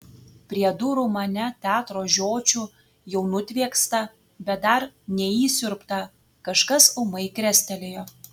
prie durų mane teatro žiočių jau nutviekstą bet dar neįsiurbtą kažkas ūmai krestelėjo